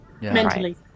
Mentally